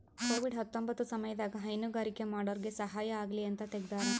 Covid ಹತ್ತೊಂಬತ್ತ ಸಮಯದಾಗ ಹೈನುಗಾರಿಕೆ ಮಾಡೋರ್ಗೆ ಸಹಾಯ ಆಗಲಿ ಅಂತ ತೆಗ್ದಾರ